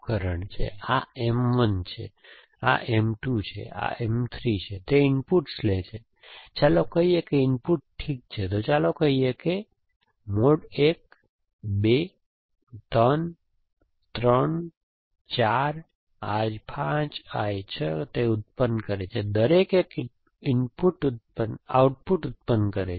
આ M 1 છે આ M 2 છે આ M 3 છે તે ઇનપુટ્સ લે છે ચાલો કહીએ કે ઇનપુટ્સ ઠીક છે તો ચાલો કહીએ I 1 I 2 I 3 I 3 I 4 I 5 I 6 તે ઉત્પન્ન કરે છે દરેક એક આઉટપુટ ઉત્પન્ન કરે છે